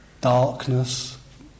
darkness